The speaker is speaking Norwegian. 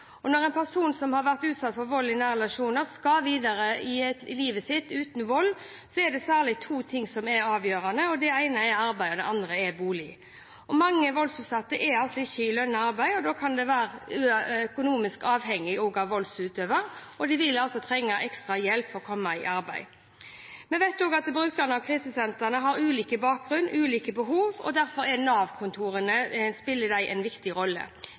reetableringsfasen. Når en person som har vært utsatt for vold i nære relasjoner, skal videre i livet sitt uten vold, er det særlig to ting som er avgjørende. Den ene er arbeid, og den andre er bolig. Mange voldsutsatte er ikke i lønnet arbeid. De kan også ha vært økonomisk avhengig av voldsutøver, og de vil trenge ekstra hjelp til å komme i arbeid. Vi vet også at brukerne av krisesentrene har ulik bakgrunn og ulike behov, derfor spiller Nav-kontorene en viktig rolle.